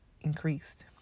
increased